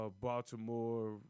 Baltimore